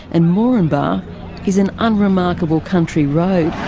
and moranbah, is an unremarkable country road.